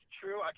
true